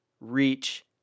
reach